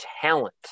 talent